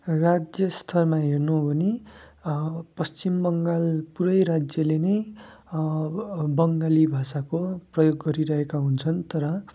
राज्यस्तरमा हेर्नु हो भने पश्चिम बङ्गाल पुरै राज्यले नै बङ्गाली भाषाको प्रयोग गरिरहेका हुन्छन् तर